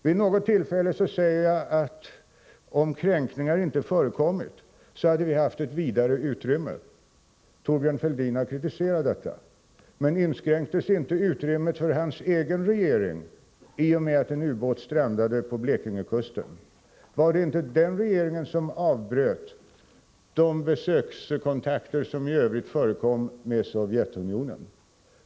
Vid något tillfälle säger jag att om kränkningar inte förekommit, så hade vi haft ett vidare utrymme. Thorbjörn Fälldin har kritiserat detta. Men inskränktes inte utrymmet för hans egen regering i och med att en ubåt strandade vid Blekingekusten? Var det inte den regeringen som avbröt de besökskontakter som i övrigt förekom med Sovjetunionen?